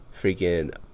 freaking